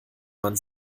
man